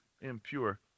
impure